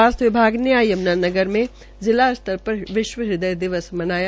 स्वास्थ्य विभाग ने आज यम्नानगर में जिला स्तर पर विश्व हद्वय दिवस मनाया गया